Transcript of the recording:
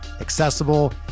accessible